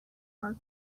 our